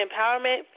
Empowerment